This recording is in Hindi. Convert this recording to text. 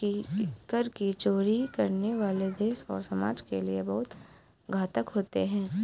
कर की चोरी करने वाले देश और समाज के लिए बहुत घातक होते हैं